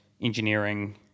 engineering